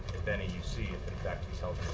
if any, you see if in fact he's held